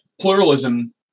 pluralism